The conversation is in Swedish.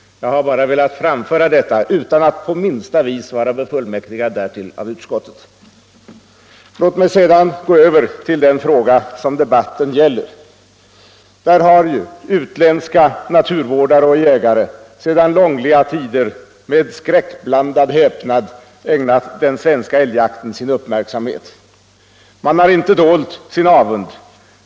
— Jag har bara velat framföra detta utan att på minsta vis vara befullmäktigad därtill av utskottet. Låt mig sedan gå över till den fråga som debatten gäller. Där har ju utländska naturvårdare och jägare sedan långliga tider med skräckblandad häpnad ägnat den svenska älgjakten sin uppmärksamhet. Man har inte dolt sin avund.